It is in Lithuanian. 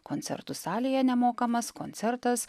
koncertų salėje nemokamas koncertas